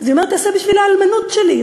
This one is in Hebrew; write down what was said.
אז היא אומרת: תעשה בשביל האלמנות שלי.